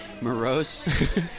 Morose